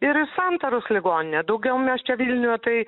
ir į santaros ligoninę daugiau mes čia vilniuje tai